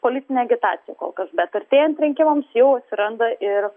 politine agitacija kol kas bet artėjant rinkimams jau atsiranda ir